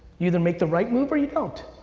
you either make the right move or you don't.